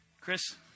Chris